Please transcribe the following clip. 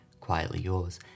quietlyyours